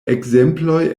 ekzemploj